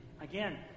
Again